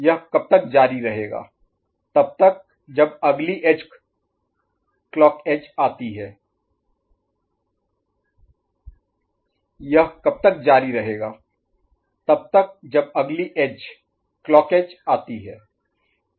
यह कब तक जारी रहेगा तब तक जब अगली एज क्लॉक एज आती है